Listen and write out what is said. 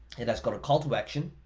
it has got a call to action.